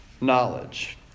knowledge